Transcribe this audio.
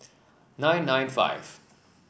nine nine five